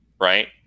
Right